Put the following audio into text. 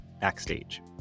Backstage